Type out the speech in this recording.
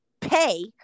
pay